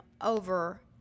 over